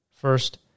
First